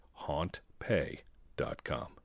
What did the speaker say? hauntpay.com